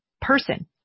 person